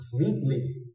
completely